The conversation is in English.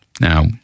Now